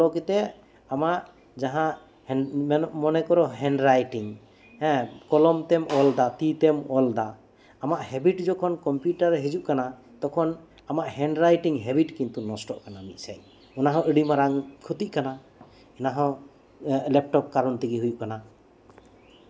computer ᱨᱮ ᱵᱚᱞᱚ ᱠᱟᱛᱮᱜ ᱟᱢᱟᱜ ᱡᱟᱦᱟᱸ ᱢᱚᱱᱮ ᱠᱚᱨᱚ ᱦᱮᱱᱰ ᱨᱟᱭᱴᱤᱝ ᱠᱚᱞᱚᱢ ᱛᱮᱢ ᱚᱞᱫᱟ ᱛᱤ ᱛᱮᱢ ᱚᱞ ᱫᱟ ᱟᱢᱟᱜ ᱦᱮᱵᱤᱴ ᱡᱚᱠᱷᱚᱱ ᱠᱚᱢᱯᱤᱭᱩᱴᱟᱨᱮ ᱦᱤᱡᱩᱜ ᱠᱟᱱᱟ ᱛᱚᱠᱷᱚᱱ ᱟᱢᱟᱜ ᱦᱮᱱᱰ ᱨᱟᱭᱴᱤᱝ ᱦᱮᱵᱤᱴ ᱠᱤᱱᱛᱩ ᱱᱚᱥᱴᱚᱜ ᱠᱟᱱᱟ ᱢᱤᱫ ᱥᱮᱫ ᱟᱹᱰᱤ ᱚᱱᱟᱦᱚᱸ ᱢᱤᱫᱥᱮᱫ ᱟᱹᱰᱤ ᱢᱟᱨᱟᱝ ᱠᱷᱚᱛᱤᱜ ᱠᱟᱱᱟ ᱚᱱᱟᱦᱚᱸ ᱞᱮᱯᱴᱚᱯ ᱠᱟᱨᱚᱱ ᱛᱮᱜᱮ ᱦᱩᱭᱩᱜ ᱠᱟᱱᱟ